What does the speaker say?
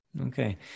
okay